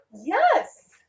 Yes